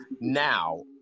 Now